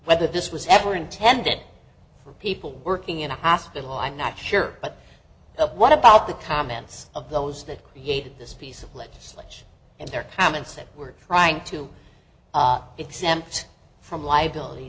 whether this was ever intended for people working in a hospital i'm not sure but what about the comments of those that created this piece of legislation and their comments that were trying to exempt from liability